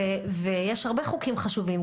ויש הרבה חוקים חשובים.